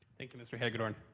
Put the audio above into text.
thank you mr. hagedorn.